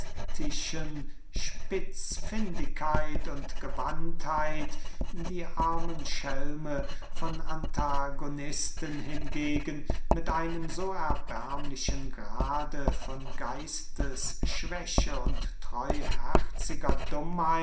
spitzfündigkeit und gewandtheit die armen schelme von antagonisten hingegen mit einem so erbärmlichen grad von geistesschwäche und treuherziger